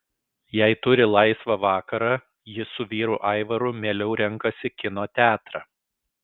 jei turi laisvą vakarą ji su vyru aivaru mieliau renkasi kino teatrą